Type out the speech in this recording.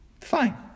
fine